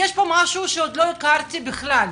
יש פה משהו שלא הכרנו בכלל.